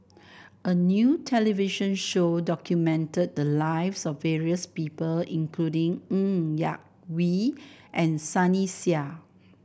a new television show documented the lives of various people including Ng Yak Whee and Sunny Sia